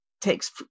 takes